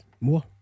More